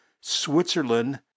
Switzerland